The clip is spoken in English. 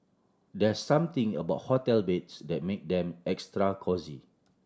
there something about hotel beds that make them extra cosy